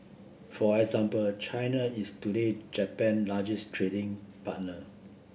for example China is today Japan largest trading partner